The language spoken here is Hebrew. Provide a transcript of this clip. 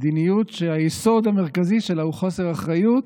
מדיניות שהיסוד המרכזי שלה הוא חוסר אחריות,